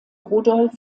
rudolf